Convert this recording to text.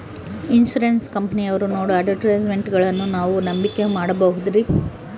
Insurance ಕಂಪನಿಯವರು ನೇಡೋ ಅಡ್ವರ್ಟೈಸ್ಮೆಂಟ್ಗಳನ್ನು ನಾವು ನಂಬಿಕೆ ಮಾಡಬಹುದ್ರಿ?